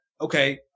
okay